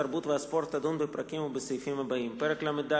התרבות והספורט תדון בפרקים ובסעיפים הבאים: פרק ל"ד,